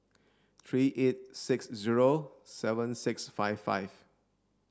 three eight six zero seven six five five